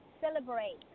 celebrate